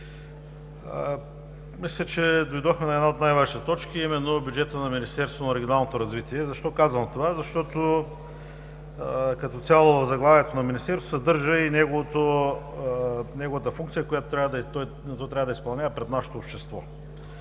Мисля, че дойдохме на една от най-важните точки, а именно бюджета на Министерството на регионалното развитие и благоустройството. Защо казвам това? Защото като цяло в заглавието на Министерството се съдържа и неговата функция, която то трябва да изпълнява пред нашето общество.